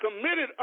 committed